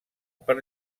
per